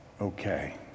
okay